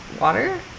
water